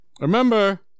Remember